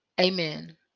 Amen